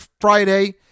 Friday